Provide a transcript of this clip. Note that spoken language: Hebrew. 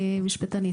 אני משפטנית,